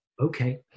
okay